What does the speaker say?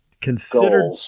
considered